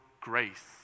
grace